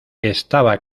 estaba